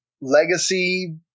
legacy